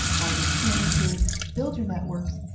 find experiences, build your networks,